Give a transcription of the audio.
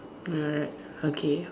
alright okay